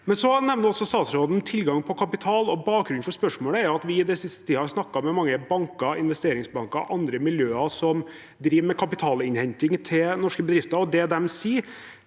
nevner også tilgang på kapital. Bakgrunnen for spørsmålet er at vi i den siste tiden har snakket med mange banker, investeringsbanker og andre miljøer som driver med kapitalinnhenting til norske bedrifter, og det disse